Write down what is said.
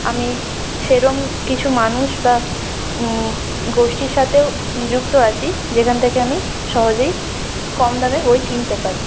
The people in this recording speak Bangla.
আমি সেরকম কিছু মানুষ বা গোষ্ঠীর সাথেও যুক্ত আছি যেখান থেকে আমি সহজেই কম দামে বই কিনতে পারি